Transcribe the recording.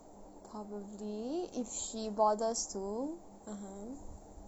probably if she bothers to (uh huh)